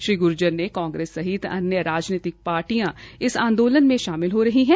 श्री गूर्जर ने कांग्रेस सहित अन्य राजनीतिक पार्टियों इस आंदोलन में शामिल हो रही है